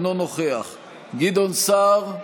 אינו נוכח גדעון סער,